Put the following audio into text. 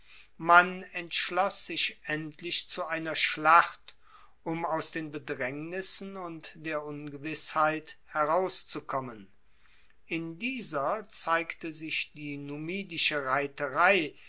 man entschloss sich endlich zu einer schlacht um aus den bedraengnissen und der ungewissheit herauszukommen in dieser zeigte sich die numidische reiterei